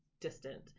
distant